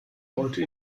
heute